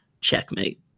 Checkmate